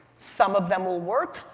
some of them will work,